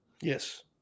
Yes